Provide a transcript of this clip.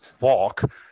walk